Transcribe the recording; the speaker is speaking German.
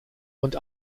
und